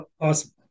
awesome